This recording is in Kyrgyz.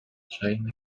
жайына